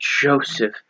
joseph